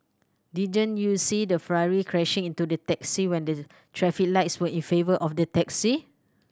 didn't you see the Ferrari crashing into the taxi when the traffic lights were in favour of the taxi